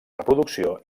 reproducció